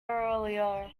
earlier